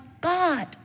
God